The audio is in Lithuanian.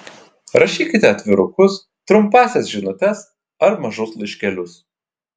rašykite atvirukus trumpąsias žinutes ar mažus laiškelius